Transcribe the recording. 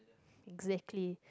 exactly